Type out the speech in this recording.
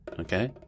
Okay